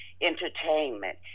entertainment